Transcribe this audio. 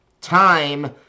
time